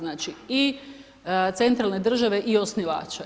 Znači i centralne države i osnivača.